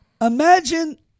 Imagine